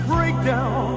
Breakdown